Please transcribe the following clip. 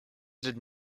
did